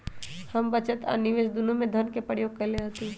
हम बचत आ निवेश दुन्नों में धन के प्रयोग कयले हती